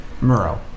Murrow